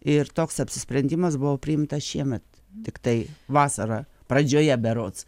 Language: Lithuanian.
ir toks apsisprendimas buvo priimtas šiemet tiktai vasarą pradžioje berods